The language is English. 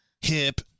hip